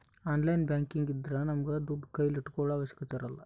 online banking ಇದ್ರ ನಮ್ಗೆ ದುಡ್ಡು ಕೈಲಿ ಇಟ್ಕೊಳೋ ಅವಶ್ಯಕತೆ ಇರಲ್ಲ